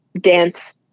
dance